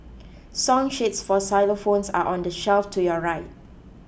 song sheets for xylophones are on the shelf to your right